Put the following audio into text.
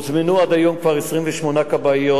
עד היום הוזמנו כבר 28 כבאיות.